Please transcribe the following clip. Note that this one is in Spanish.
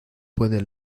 puede